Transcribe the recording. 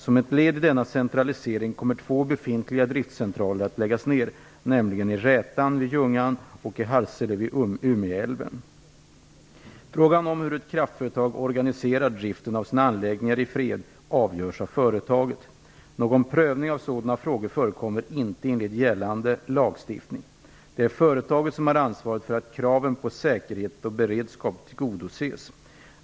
Som ett led i denna centralisering kommer två befintliga driftcentraler att läggas ned, nämligen Rätan vid Ljungan och Frågan om hur ett kraftföretag organiserar driften av sina anläggningar i fred avgörs av företaget. Någon prövning av sådana frågor förekommer inte enligt gällande lagstiftning. Det är företaget som har ansvaret för att kraven på säkerhet och beredskap tillgodoses.